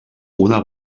una